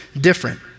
different